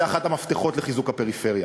שזה אחד המפתחות לחיזוק הפריפריה.